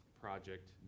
project